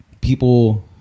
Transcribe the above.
people